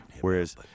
Whereas